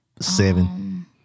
seven